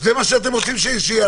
זה מה שאתם רוצים שיעשו?